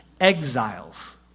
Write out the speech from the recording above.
exiles